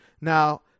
Now